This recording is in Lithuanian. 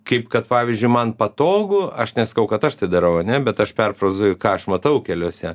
kaip kad pavyzdžiui man patogu aš nesakau kad aš tai darau ane bet aš perfrazuoju ką aš matau keliuose